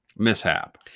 Mishap